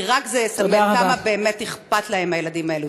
כי רק זה יספר כמה באמת אכפת להם מהילדים האלה.